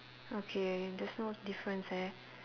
okay there's no difference eh